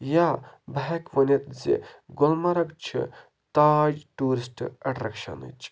یا بہٕ ہٮ۪کہٕ ؤنِتھ زِ گُلمرگ چھِ تاج ٹوٗرِسٹ ایٹریکشَنٕچ